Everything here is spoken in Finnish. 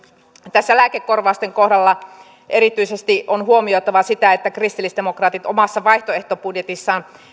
tässä lääkekorvausten kohdalla erityisesti on huomioitava se että kristillisdemokraatit omassa vaihtoehtobudjetissaan